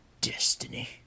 destiny